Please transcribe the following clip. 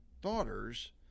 daughter's